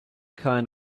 kind